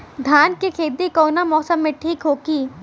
धान के खेती कौना मौसम में ठीक होकी?